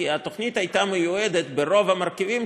כי התוכנית הייתה מיועדת ברוב המרכיבים